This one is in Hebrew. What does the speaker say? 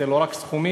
הוא לא רק סכומים,